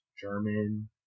German